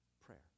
prayer